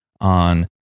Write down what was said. on